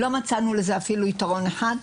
לא מצאנו לזה אפילו יתרון אחד.